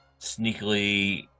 sneakily